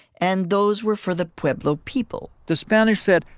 and those were for the pueblo people the spanish said,